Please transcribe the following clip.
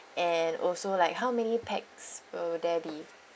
and also like how many pax will there be